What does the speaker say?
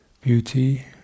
beauty